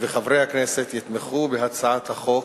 וחברי הכנסת יתמכו בהצעת החוק,